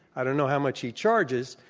i don't know how much he charges,